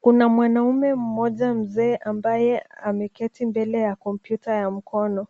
Kuna mwanaume mmoja mzee ambaye ameketi mbele ya kompyuta ya mkono.